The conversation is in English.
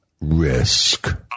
Risk